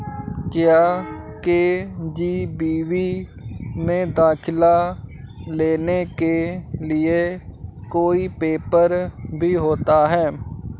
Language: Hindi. क्या के.जी.बी.वी में दाखिला लेने के लिए कोई पेपर भी होता है?